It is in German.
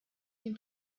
dem